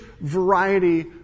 variety